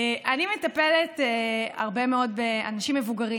אני מטפלת הרבה מאוד באנשים מבוגרים.